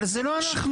אבל זה לא אנחנו.